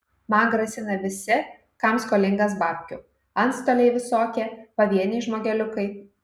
man grasina visi kam skolingas babkių antstoliai visokie pavieniai žmogeliukai